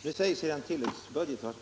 Herr talman! Det sägs i det